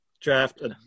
draft